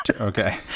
okay